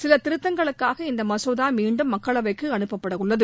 சில திருத்தங்களுக்காக இந்த மசோதா மீண்டும் மக்களவைக்கு அனுப்பப்பட உள்ளது